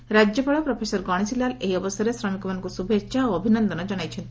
ରାକ୍ୟପାଳ ପ୍ରଫେସର ଗଣେଶୀ ଲାଲ୍ ଏହି ଅବସରରେ ଶ୍ରମିକମାନଙ୍କୁ ଶୁଭେଛା ଓ ଅଭିନନ୍ଦନ ଜଶାଇଛନ୍ତି